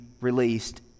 released